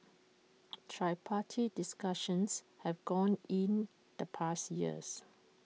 tripartite discussions have gone in the past years